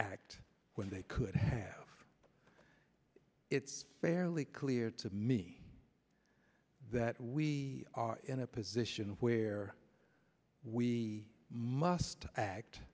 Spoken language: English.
act when they could have it's fairly clear to me that we are in a position where we must act